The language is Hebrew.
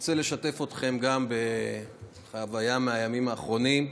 אני רוצה לשתף אתכם גם בחוויה מהימים האחרונים.